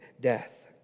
death